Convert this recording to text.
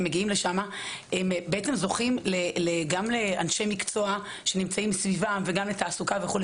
שמגיעים לשם זוכים גם לאנשי מקצוע שנמצאים סביבם וגם לתעסוקה וכו'.